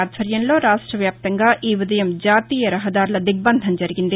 ఆధ్వర్యంలో రాష్ట్ర వ్యాప్తంగా ఈ ఉదయం జాతీయ రహదారుల దిగ్బంధం జరిగింది